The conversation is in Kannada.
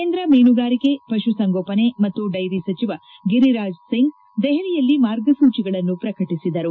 ಕೇಂದ್ರ ಮೀನುಗಾರಿಕೆ ಪಶುಸಂಗೋಪನೆ ಮತ್ತು ಡೈರಿ ಸಚಿವ ಗಿರಿರಾಜ್ ಸಿಂಗ್ ದೆಹಲಿಯಲ್ಲಿ ಮಾರ್ಗಸೂಚಿಗಳನ್ನು ಪ್ರಕಟಿಸಿದರು